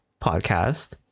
podcast